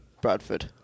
Bradford